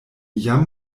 jam